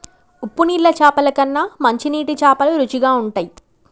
ఉప్పు నీళ్ల చాపల కన్నా మంచి నీటి చాపలు రుచిగ ఉంటయ్